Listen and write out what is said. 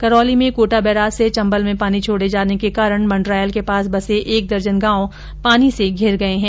करौली में कोटा बेराज से चम्बल में पानी छोडे जाने के कारण मंडरायल के पास बसे एक दर्जन गांव पानी से धिर गये है